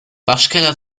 waschkeller